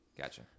gotcha